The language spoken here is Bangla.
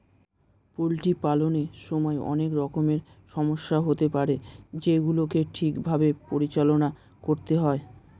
পোল্ট্রি পালনের সময় অনেক রকমের সমস্যা হতে পারে যেগুলিকে ঠিক ভাবে পরিচালনা করতে হয়